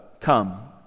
come